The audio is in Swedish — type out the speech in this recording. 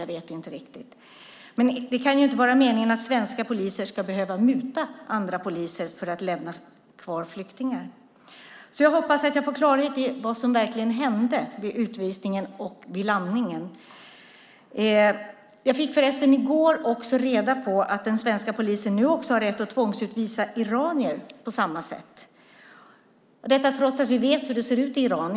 Jag vet inte vilket. Det kan ju inte vara meningen att svenska poliser ska behöva muta andra poliser för att lämna kvar flyktingar. Jag hoppas att jag får klarhet i vad som verkligen hände vid utvisningen och vid landningen. I går fick jag reda på att den svenska polisen nu också har rätt att tvångsutvisa iranier på samma sätt, trots att vi vet hur det ser ut i Iran.